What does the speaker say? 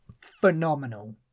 phenomenal